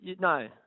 No